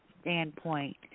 standpoint